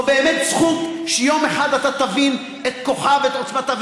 זו באמת זכות שיום אחד אתה תבין את כוחה ואת עוצמתה,